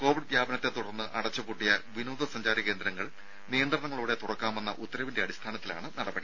Covid വ്യാപനത്തെ തുടർന്ന് അടച്ച് പൂട്ടിയ വിനോദസഞ്ചാര കേന്ദ്രങ്ങൾ നിയന്ത്രണങ്ങളോടെ തുറക്കാമെന്ന ഉത്തരവിന്റെ അടിസ്ഥാനത്തിലാണ് നടപടി